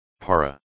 para